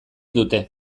dute